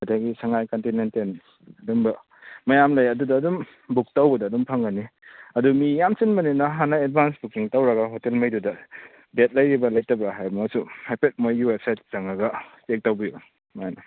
ꯑꯗꯒꯤ ꯁꯉꯥꯏ ꯀꯟꯇꯤꯅꯦꯟꯇꯦꯜ ꯑꯗꯨꯝꯕ ꯃꯌꯥꯝ ꯂꯩ ꯑꯗꯨꯗ ꯑꯗꯨꯝ ꯕꯨꯛ ꯇꯧꯕꯗ ꯑꯗꯨꯝ ꯐꯪꯒꯅꯤ ꯑꯗꯣ ꯃꯤ ꯌꯥꯝ ꯆꯤꯟꯕꯅꯤꯅ ꯍꯥꯟꯅ ꯑꯦꯗꯚꯥꯟꯁ ꯕꯨꯀꯤꯡ ꯇꯧꯔꯒ ꯍꯣꯇꯦꯜꯉꯩꯗꯨꯗ ꯕꯦꯗ ꯂꯩꯔꯤꯕ꯭ꯔꯥ ꯂꯩꯇꯕ꯭ꯔꯥ ꯍꯥꯏꯕꯗꯨꯁꯨ ꯍꯥꯏꯐꯦꯠ ꯃꯣꯏꯒꯤ ꯋꯦꯕꯁꯥꯏꯠ ꯆꯪꯉꯒ ꯆꯦꯛ ꯇꯧꯕꯤꯌꯨ ꯑꯗꯨꯃꯥꯏꯅ